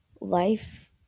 life